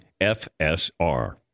FSR